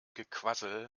gequassel